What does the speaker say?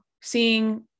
seeing